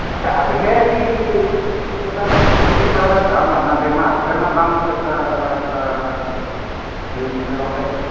ᱟᱪᱪᱷᱟ ᱟᱫᱷᱮ ᱟᱹᱰᱤ ᱪᱮᱫ ᱞᱮᱠᱟ ᱠᱤᱪᱷᱩ ᱫᱤᱱ ᱞᱟᱦᱟᱨᱮ ᱫᱟᱢ ᱟᱭᱢᱟ ᱫᱟᱢ ᱛᱟᱦᱮᱸ ᱠᱟᱱᱟ ᱟᱫᱷᱮ ᱨᱮᱱᱟᱜ ᱫᱟᱢ ᱪᱮᱫ ᱞᱟᱠᱟ ᱫᱟᱫᱟ ᱛᱷᱚᱲᱟ ᱞᱟᱹᱭ ᱢᱮᱥᱮ ᱵᱟᱝᱠᱷᱟᱡ